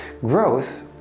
Growth